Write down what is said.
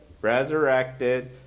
resurrected